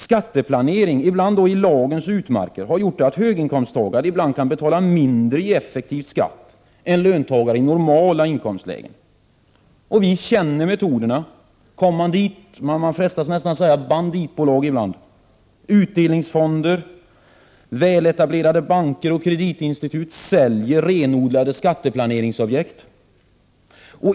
Skatteplanering, ibland i lagens utmarker, har gjort att höginkomsttagare ibland kan betala mindre i effektiv skatt än löntagare i normala inkomstlägen. Vi känner metoderna: kommanditbolag — man frestas nästan säga banditbolag i vissa fall — utdelningsfonder, väletablerade banker och kreditinstitut säljer renodlade skatteplaneringsobjekt.